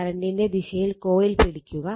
കറണ്ടിന്റെ ദിശയിൽ കോയിൽ പിടിക്കുക